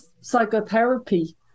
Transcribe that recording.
psychotherapy